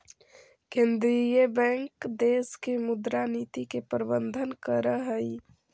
केंद्रीय बैंक देश के मुद्रा नीति के प्रबंधन करऽ हइ